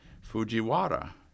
Fujiwara